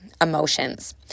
emotions